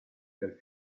del